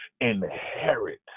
inherit